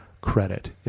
credit